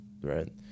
right